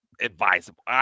advisable